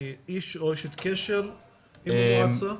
איש או אשת קשר עם המועצה?